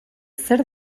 zer